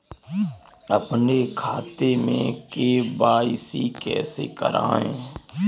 अपने खाते में के.वाई.सी कैसे कराएँ?